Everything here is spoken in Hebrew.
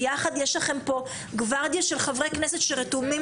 יש לכם כאן גוורדיה של חברי כנסת שרתומים